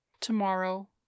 tomorrow